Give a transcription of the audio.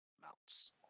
mounts